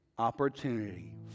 opportunity